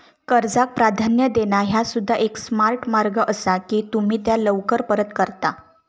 कर्जाक प्राधान्य देणा ह्या सुद्धा एक स्मार्ट मार्ग असा की तुम्ही त्या लवकर परत करता